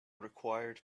required